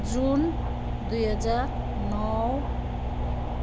जुन दुई हजार नौ